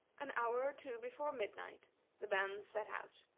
an hour or two before midnight the band set out,